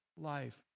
life